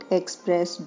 express